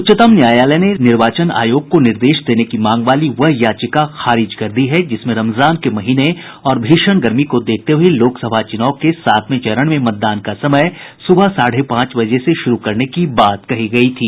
उच्चतम न्यायालय ने निर्वाचन आयोग को निर्देश देने की मांग वाली वह याचिका खारिज कर दी है जिसमें रमजान के महीने और भीषण गर्मी को देखते हुए लोकसभा चूनाव के सातवें चरण में मतदान का समय सुबह साढ़े पांच बजे से शुरू करने की बात कही गई थी